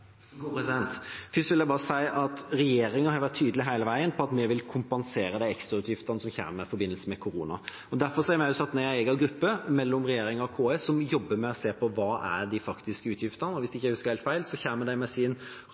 vil bare si at regjeringa har vært tydelig hele veien på at vi vil kompensere de ekstrautgiftene som kommer i forbindelse med korona. Derfor har vi også satt ned en egen gruppe fra regjeringa og KS som jobber med å se på hva de faktiske utgiftene er, og hvis jeg ikke husker helt feil, kommer de med sin